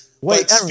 wait